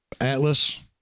atlas